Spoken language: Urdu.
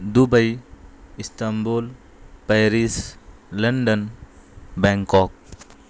Dubai Istanbul Paris London Bangkok